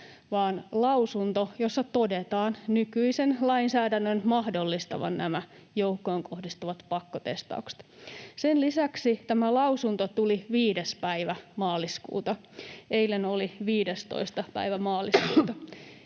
vaan lausunto, jossa todetaan nykyisen lainsäädännön mahdollistavan nämä joukkoon kohdistuvat pakkotestaukset. Sen lisäksi tämä lausunto tuli 5. päivä maaliskuuta, eilen oli 15. päivä maaliskuuta.